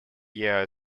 year